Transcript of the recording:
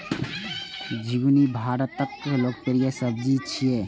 झिंगुनी भारतक लोकप्रिय सब्जी छियै